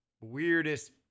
weirdest